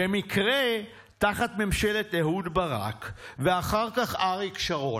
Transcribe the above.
במקרה תחת ממשלת אהוד ברק ואחר כך אריק שרון.